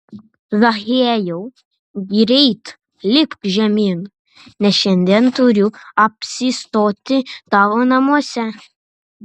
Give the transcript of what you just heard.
zachiejau greit lipk žemyn nes šiandien turiu apsistoti tavo namuose